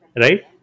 right